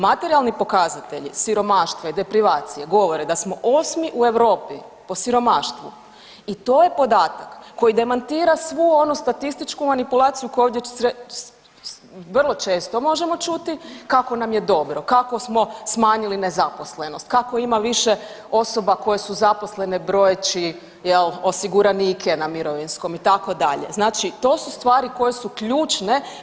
Materijalni pokazatelji siromaštva i deprivacije govore da smo 8. u Europi po siromaštvu i to je podatak koji demantira svu onu statističku manipulaciju koju ovdje vrlo često možemo čuti kako nam je dobro, kako smo smanjili nezaposlenost, kako ima više osoba koje su zaposlene, brojeći, je l' osiguranike na mirovinskom, itd., znači to su stvari koje su ključne.